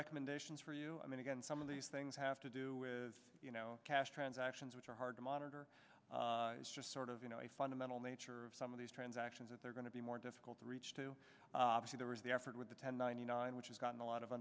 recommendations for you i mean again some of these things have to do with cash transactions which are hard to monitor as just sort of you know a fundamental nature of some of these transactions if they're going to be more difficult to reach to there was the effort with the ten ninety nine which has gotten a lot of